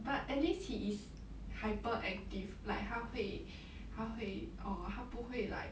but at least he is hyperactive like 他会他会 err 他不会 like